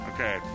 Okay